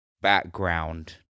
background